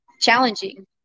challenging